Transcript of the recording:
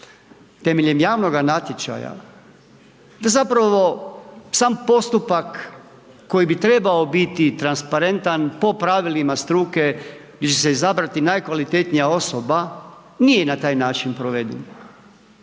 temeljem javnoga natječaja, to je zapravo, sam postupak, koji bi trebao biti transparentan po pravilima struke, će se izabrati najkvalitetnija osoba, nije na taj način provedena.